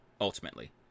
ultimately